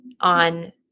on